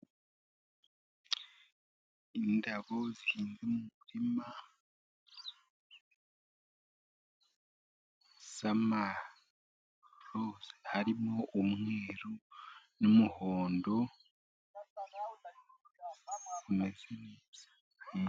Indabo zihinze mu murima, harimo umweru n'umuhondo zimeze neza.